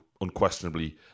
unquestionably